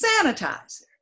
sanitizer